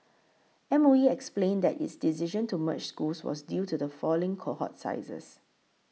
M O E explained that its decision to merge schools was due to the falling cohort sizes